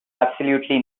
absolutely